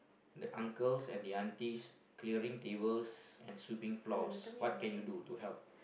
the uncles and the aunties clearing table and sweeping floors what can you do to help